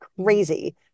crazy